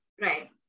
Right